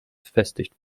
befestigt